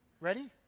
Ready